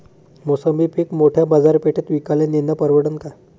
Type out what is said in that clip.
मोसंबी पीक मोठ्या बाजारपेठेत विकाले नेनं परवडन का?